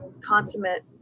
consummate